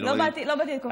לא באתי לפה,